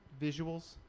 visuals